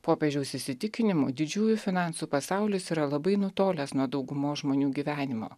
popiežiaus įsitikinimu didžiųjų finansų pasaulis yra labai nutolęs nuo daugumos žmonių gyvenimo